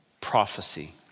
prophecy